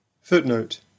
Footnote